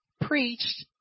preached